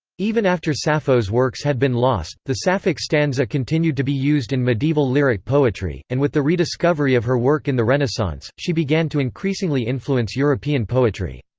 even after sappho's works had been lost, the sapphic stanza continued to be used in medieval lyric poetry, and with the rediscovery of her work in the renaissance, she began to increasingly influence european poetry.